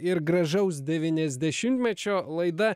ir gražaus devyniasdešimtmečio laida